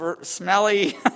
smelly